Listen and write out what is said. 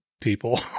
People